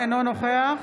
אינו נוכח